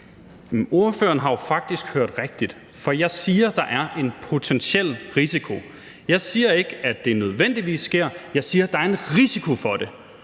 Ordføreren har jo faktisk hørt rigtigt. For jeg siger, at der er en potentiel risiko. Jeg siger ikke, at det nødvendigvis sker. Jeg siger, at der er en risiko for det.